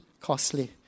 costly